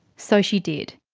so she did.